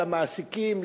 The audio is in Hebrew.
למעסיקים,